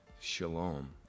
Shalom